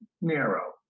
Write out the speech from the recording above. narrow